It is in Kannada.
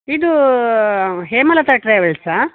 ಇದೂ ಹೇಮಲತಾ ಟ್ಯ್ರಾವೆಲ್ಸಾ